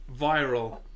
viral